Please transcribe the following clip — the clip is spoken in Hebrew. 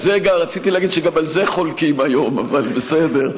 רציתי להגיד שגם על זה חולקים היום, אבל בסדר.